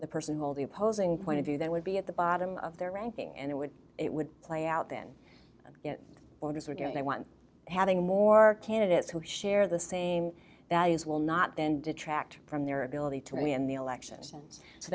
the person holding opposing point of view that would be at the bottom of their ranking and it would it would play out then orders were given they want having more candidates who share the same values will not then detract from their ability to me in the elections so